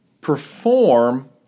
perform